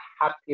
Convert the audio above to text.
happy